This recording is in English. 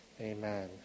Amen